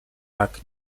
tak